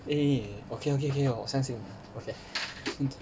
eh okay okay okay 我相信你 okay